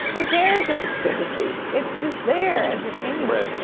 who cares if it's delpy? it's just they're entertaining read.